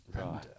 Right